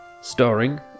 starring